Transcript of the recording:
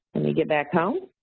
let me get back home.